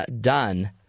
done